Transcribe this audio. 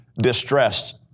distressed